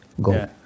go